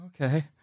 Okay